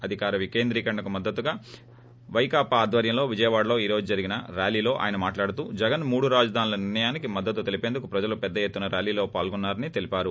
అధికార వికేంద్రీకరణకు మద్గతుగా వైకాపా ఆధ్వర్యంలో విజయవాడలో ఈ రోజు జరిగిన ర్యాలీలో ఆయన మాట్లాడుతూ జగన్ మూడు రాజధానుల నిర్లయానికి మద్గతు తెలిపేందకు ప్రజలు పెద్ద ఎత్తున ర్యాలీలో పాల్గొన్సారని తెలిపారు